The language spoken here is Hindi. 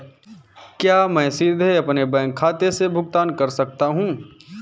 क्या मैं सीधे अपने बैंक खाते से भुगतान कर सकता हूं?